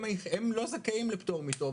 הם לא זכאים לפטור מתור.